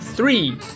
Three